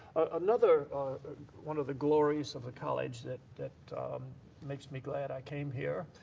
another one of the glories of the college that that makes me glad i came here